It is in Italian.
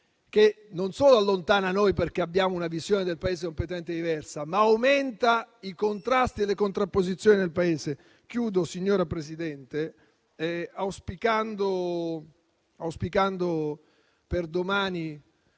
che non solo allontana noi, perché abbiamo una visione del Paese completamente diversa, ma aumenta anche i contrasti e le contrapposizioni nel nostro territorio. Signora Presidente, termino auspicando per domani